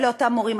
אלה אותם מורים,